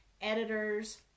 editors